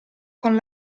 con